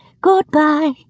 goodbye